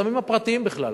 היזמים הפרטיים בכלל.